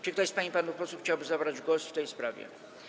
Czy ktoś z pań i panów posłów chciałby zabrać głos w tej sprawie?